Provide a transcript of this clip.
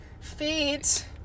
Feet